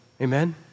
Amen